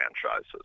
franchises